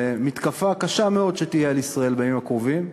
למתקפה קשה מאוד שתהיה על ישראל בימים הקרובים.